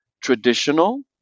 traditional